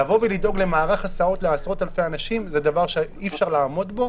לדאוג למערך הסעות לעשרות אלפי אנשים זה דבר שאי אפשר לעמוד בו.